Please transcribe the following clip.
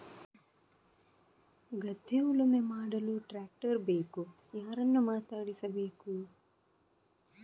ಗದ್ಧೆ ಉಳುಮೆ ಮಾಡಲು ಟ್ರ್ಯಾಕ್ಟರ್ ಬೇಕು ಯಾರನ್ನು ಮಾತಾಡಿಸಬೇಕು?